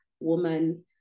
woman